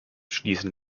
schließen